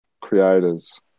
creators